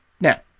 Now